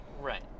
right